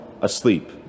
asleep